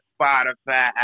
Spotify